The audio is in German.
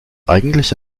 eigentlich